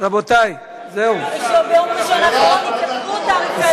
ביום ראשון הקרוב, תעריפי התחבורה הציבורית.